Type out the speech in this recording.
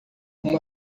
uma